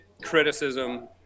criticism